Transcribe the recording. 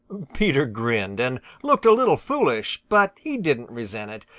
peter grinned and looked a little foolish, but he didn't resent it.